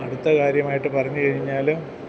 അടുത്ത കാര്യമായിട്ട് പറഞ്ഞുകഴിഞ്ഞാൽ